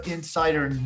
Insider